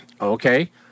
Okay